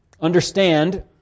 Understand